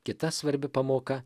kita svarbi pamoka